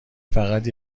فقط